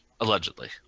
Allegedly